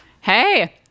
Hey